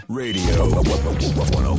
radio